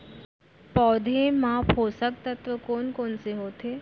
पौधे मा पोसक तत्व कोन कोन से होथे?